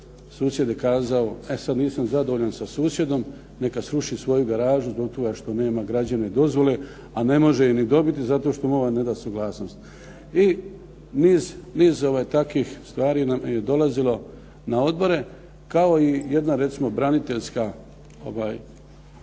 susjed je kazao, e sad nisam zadovoljan sa susjedom neka sruši svoju garažu zbog toga što nema građevne dozvole, a ne može je ni dobiti zato što mu ovaj neda suglasnost. I niz takvih stvari nam je dolazilo na odbore. Kao i jedna recimo braniteljska skupina